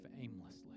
aimlessly